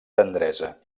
tendresa